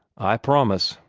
i promise,